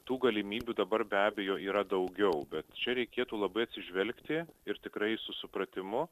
tų galimybių dabar be abejo yra daugiau bet čia reikėtų labai atsižvelgti ir tikrai su supratimu